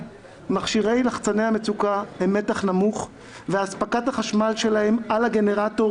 מכשירי לחצני המצוקה הם מתח נמוך ואספקת החשמל שלהם על הגנרטור,